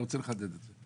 אני רוצה לחדד את זה.